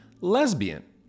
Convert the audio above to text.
lesbian